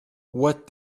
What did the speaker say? what